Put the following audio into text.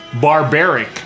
barbaric